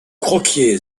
croquié